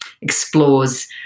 explores